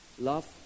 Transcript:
love